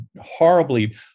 horribly